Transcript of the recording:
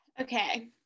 Okay